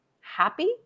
happy